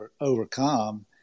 overcome